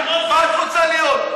מה את רוצה להיות?